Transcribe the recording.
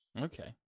Okay